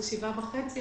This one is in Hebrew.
שהוא 7.5%,